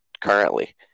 currently